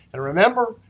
and remember,